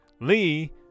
Lee